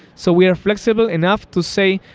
so we are flexible enough to say,